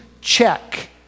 check